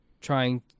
trying